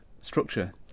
structure